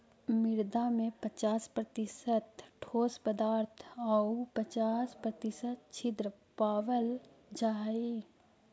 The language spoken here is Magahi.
मृदा में पच्चास प्रतिशत ठोस पदार्थ आउ पच्चास प्रतिशत छिद्र पावल जा हइ